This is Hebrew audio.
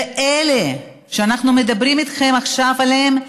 ואלה שאנחנו מדברים איתכם עכשיו עליהם,